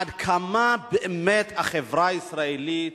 עד כמה באמת החברה הישראלית